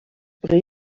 brezeln